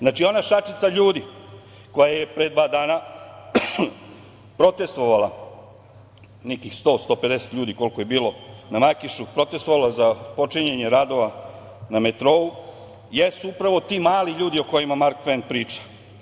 Znači, ona šačica ljudi koja je pre dva dana protestvovala, nekih 100-150 ljudi, koliko je bilo na Makišu, protestvovalo je za otpočinjanje radova na metrou, jesu upravo ti mali ljudi o kojima Mark Tven priča.